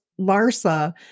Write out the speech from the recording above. Larsa